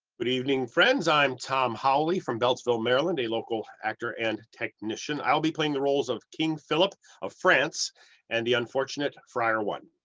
good evening, friends. i'm tom howley from beltsville, maryland, a local actor and technician. i'll be playing the roles of king philip of france and the unfortunate friar one.